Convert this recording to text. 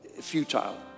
Futile